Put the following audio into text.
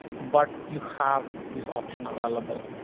but you have this option available.